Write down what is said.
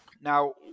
now